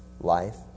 life